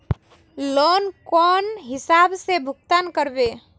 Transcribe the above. Loan कौन हिसाब से भुगतान करबे?